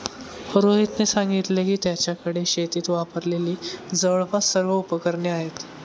रोहितने सांगितले की, त्याच्याकडे शेतीत वापरलेली जवळपास सर्व उपकरणे आहेत